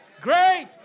great